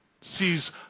sees